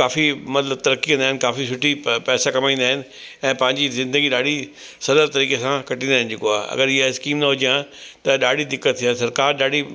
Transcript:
काफ़ी मतिलबु तरक़ी कंदा आहिनि काफ़ी सुठी प पैसा कमाईंदा आहिनि ऐं पंहिंजी ज़िंदगी ॾाढी सरल तरीक़े सां कटींदा आहिनि जेको आहे अगरि ईअं स्कीम न हुजे आहे त ॾाढी दिक़त थिए आहे सरकारु ॾाढी